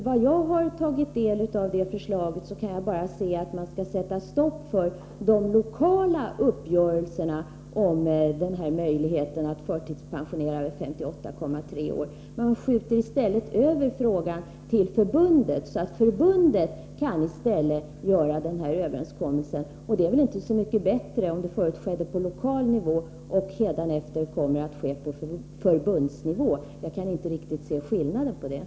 Så långt jag har tagit del av det förslaget kan jag bara se att man skall sätta stopp för de lokala uppgörelserna om den här möjligheten att förtidspensionera vid 58,3 år. Man skjuter i stället över saken till det ifrågavarande förbundet, så att förbundet kan göra överenskommelsen. Det är väl inte så mycket bättre, om det förut skedde på lokal nivå och hädanefter kommer att ske på förbundsnivå. Jag kan inte riktigt se skillnaden här.